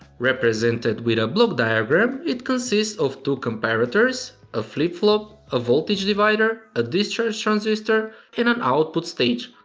represented with a a block diagram it consists of two comparators, a flip-flop a voltage divider, a discharge transistor and um output stage.